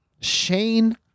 Shane